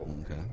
Okay